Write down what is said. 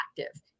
active